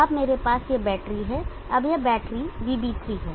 अब मेरे पास यह बैटरी है अब यह बैटरी VB3 है